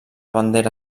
bandera